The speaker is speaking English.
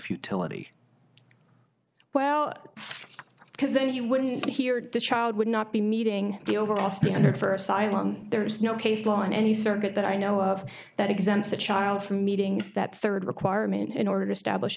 futility well because then he wouldn't be here to child would not be meeting the overall standard for asylum there is no case law in any circuit that i know of that exempts a child from meeting that third requirement in order to establish